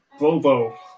bobo